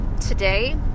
today